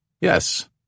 Yes